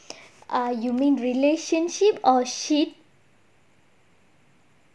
err you mean relationship or shit